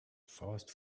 fast